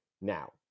Now